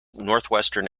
northwestern